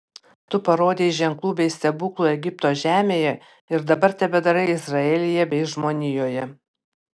tu parodei ženklų bei stebuklų egipto žemėje ir dabar tebedarai izraelyje bei žmonijoje